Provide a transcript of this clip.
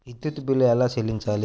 విద్యుత్ బిల్ ఎలా చెల్లించాలి?